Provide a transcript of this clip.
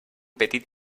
petit